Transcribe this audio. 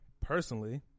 personally